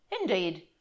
indeed